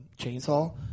chainsaw